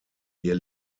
ihr